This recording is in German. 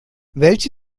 welche